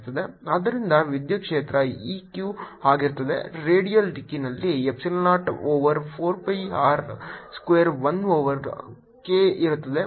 ಆದ್ದರಿಂದ ವಿದ್ಯುತ್ ಕ್ಷೇತ್ರ E Q ಆಗಿರುತ್ತದೆ ರೇಡಿಯಲ್ ದಿಕ್ಕಿನಲ್ಲಿ epsilon 0 over 4 pi r square 1 over k ಇರುತ್ತದೆ